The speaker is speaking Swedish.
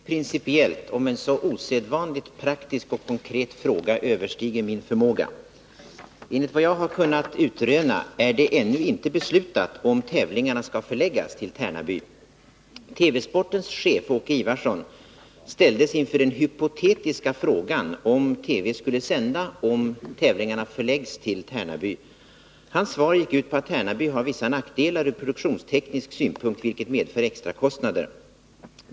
Herr talman! Att uttala sig principiellt om en så osedvanligt praktisk fråga överstiger min förmåga. Enligt vad jag kunnat utröna är det ännu inte beslutat om tävlingarna skall förläggas till Tärnaby. TV-sportens chef, Åke Iwarsson, ställdes inför den hypotetiska frågan om TV skulle sända om tävlingarna förlades till Tärnaby. Hans svar gick ut på att Tärnaby har vissa nackdelar ur produktionsteknisk synpunkt, vilket medför extra kostnader.